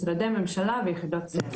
משרדי ממשלה ויחידות הסמך.